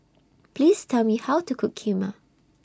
Please Tell Me How to Cook Kheema